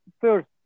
first